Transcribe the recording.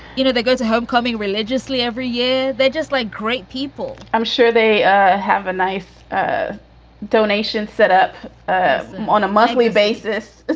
you know, they go to homecoming religiously every year. they're just like great people. i'm sure they have a life donation set up on a monthly basis.